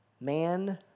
man